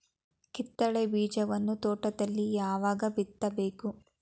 ಕಿತ್ತಳೆ ಬೀಜವನ್ನು ತೋಟದಲ್ಲಿ ಯಾವಾಗ ಬಿತ್ತಬೇಕು?